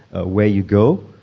ah where you go,